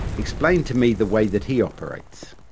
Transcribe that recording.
explained to me the way that he operates.